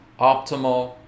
optimal